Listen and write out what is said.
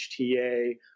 HTA